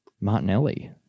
Martinelli